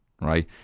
Right